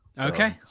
Okay